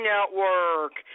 Network